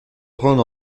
prendre